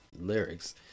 lyrics